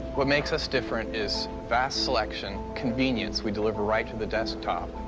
what makes us different is vast selection, convenience we deliver right to the desktop.